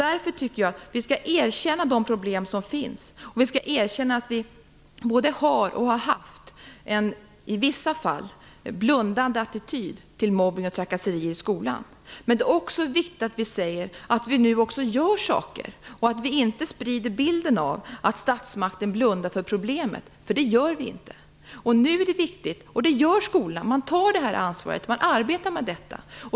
Därför skall vi erkänna de problem som finns och erkänna att vi både har och har haft en i vissa fall blundande attityd till mobbning och trakasserier i skolan. Men det är också viktigt att vi säger att vi nu gör saker, och inte sprider bilden av att statsmakten blundar för problemet, för det gör vi inte. Skolan tar nu ansvaret och arbetar med detta.